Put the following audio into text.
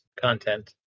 content